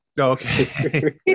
Okay